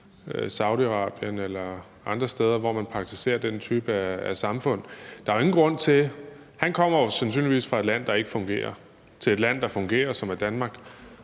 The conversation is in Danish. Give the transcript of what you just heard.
Saudi-Arabien eller andre steder, hvor man praktiserer den type af samfund. Han kommer sandsynligvis fra et land, der ikke fungerer, til et land, der fungerer, som er Danmark,